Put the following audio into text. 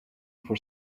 for